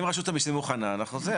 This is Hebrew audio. אם רשות המיסים מוכנה, אפשר להכניס.